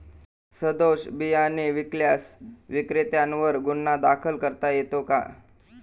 सदोष बियाणे विकल्यास विक्रेत्यांवर गुन्हा दाखल करता येतो का?